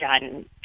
done